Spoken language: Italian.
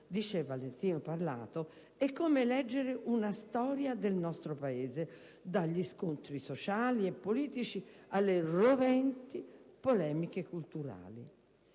dice Valentino Parlato - è come leggere una storia del nostro Paese, dagli scontri sociali e politici, alle roventi polemiche culturali.